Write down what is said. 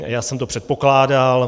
Já jsem to předpokládal.